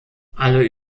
alle